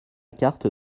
carte